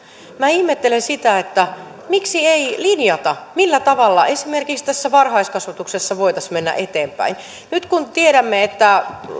ihmettelen miksi ei linjata millä tavalla esimerkiksi tässä varhaiskasvatuksessa voitaisiin mennä eteenpäin nyt kun tiedämme että